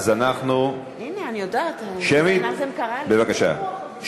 אז אנחנו, שמית, בבקשה.